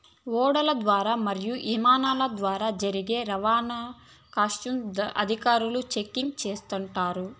ఓడల ద్వారా మరియు ఇమానాల ద్వారా జరిగే రవాణాను కస్టమ్స్ అధికారులు చెకింగ్ చేస్తుంటారు